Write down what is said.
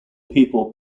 people